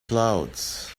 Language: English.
clouds